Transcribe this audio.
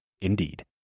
Indeed